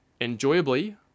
enjoyably